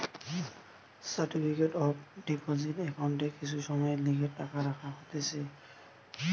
certificate of deposit একাউন্টে কিছু সময়ের লিগে টাকা রাখা হতিছে